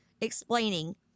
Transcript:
explaining